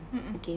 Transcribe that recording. mm mm